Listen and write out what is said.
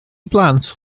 blant